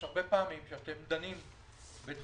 יש הרבה פעמים שאתם דנים בדברים,